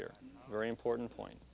here very important point